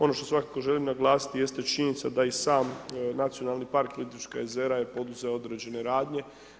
Ono što svakako želim naglasiti jeste činjenica da i sam Nacionalni park Plitvička jezera je poduzeo određene radnje.